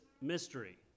mystery